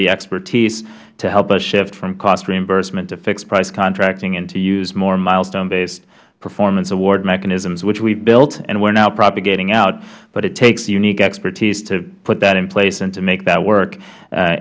the expertise to help us shift from cost reimbursement to fixed price contracting and to use more milestone based performance award mechanisms which we have built and are now propagating out but it takes unique expertise to put that in place and to make that work